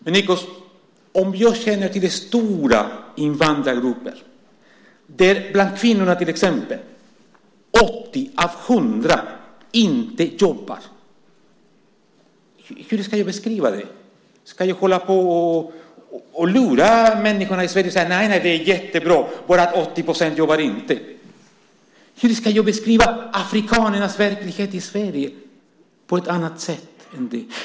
Man jag känner till stora invandrargrupper där 80 av 100 kvinnor inte jobbar. Hur ska jag beskriva det? Ska jag lura människor i Sverige och säga att det är jättebra att 80 % inte jobbar? Hur ska jag beskriva afrikanernas verklighet i Sverige på något annat sätt?